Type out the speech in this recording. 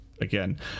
Again